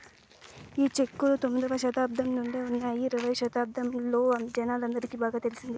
ఈ చెక్కులు తొమ్మిదవ శతాబ్దం నుండే ఉన్నాయి ఇరవై శతాబ్దంలో జనాలందరికి బాగా తెలిసింది